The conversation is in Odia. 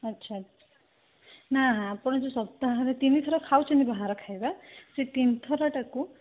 ଆଚ୍ଛା ନା ନା ଆପଣ ଯେଉଁ ସପ୍ତାହରେ ତିନିଥର ଖାଉଛନ୍ତି ବାହାର ଖାଇବା ସେ ତିନିଥର ଟାକୁ